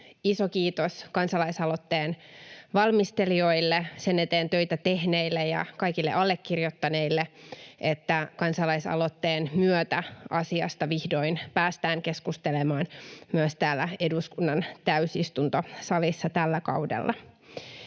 Iso kiitos kansalaisaloitteen valmistelijoille, sen eteen töitä tehneille ja kaikille allekirjoittaneille, että kansalaisaloitteen myötä asiasta vihdoin päästään keskustelemaan myös täällä eduskunnan täysistuntosalissa tällä kaudella.